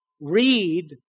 read